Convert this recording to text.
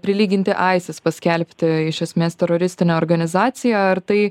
prilyginti isis paskelbti iš esmės teroristine organizacija ar tai